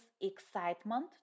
excitement